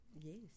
Yes